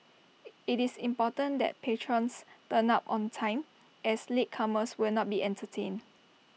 IT is important that patrons turn up on time as latecomers will not be entertained